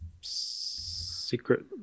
secret